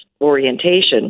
orientation